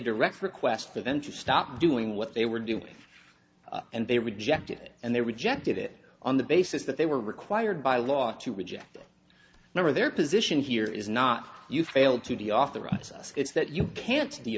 direct request for them to stop doing what they were doing and they rejected it and they rejected it on the basis that they were required by law to reject it never their position here is not you failed to the authorize us it's that you can't